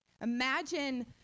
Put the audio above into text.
Imagine